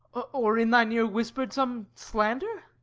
or in thine ear whispered some slander?